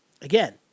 Again